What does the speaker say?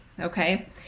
Okay